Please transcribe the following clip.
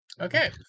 Okay